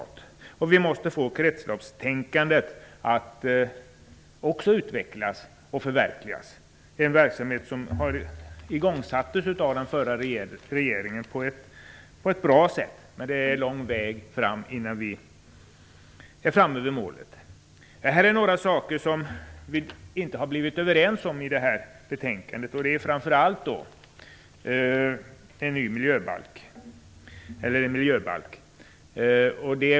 Dessutom måste vi se till att kretsloppstänkandet förverkligas och utvecklas - en verksamhet som igångsattes av den förra regeringen på ett bra sätt. Men vägen fram till målet är lång. Det finns några saker som vi inte har blivit överens om när det gäller detta betänkande. Framför allt gäller det förslaget om en miljöbalk.